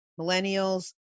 Millennials